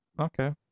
Okay